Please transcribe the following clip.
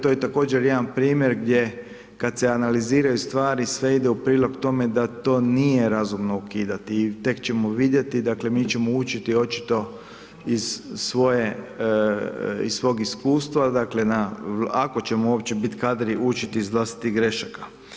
To je također jedan primjer gdje kad se analiziraju stvari, sve ide u prilog tome da to nije razumno ukidati i tek ćemo vidjeti, dakle, mi ćemo učiti očito iz svog iskustva, dakle, ako ćemo uopće biti kadri učiti iz vlastitih grešaka.